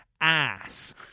ass